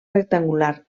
rectangular